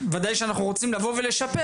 ודאי שאנחנו רוצים לבוא ולשפר,